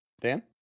Dan